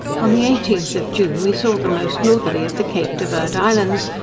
on the eighteenth of june we saw the most northerly of the cape de verd islands,